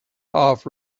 off